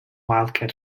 wildcat